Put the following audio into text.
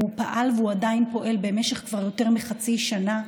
הוא פעל והוא עדיין פועל במשך יותר מחצי שנה.